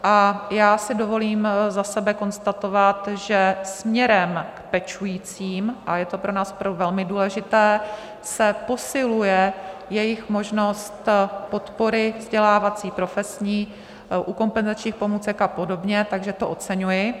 A já si dovolím za sebe konstatovat, že směrem k pečujícím a je to pro nás opravdu velmi důležité se posiluje jejich možnost podpory vzdělávací, profesní, u kompenzačních pomůcek a podobně, takže to oceňuji.